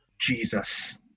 Jesus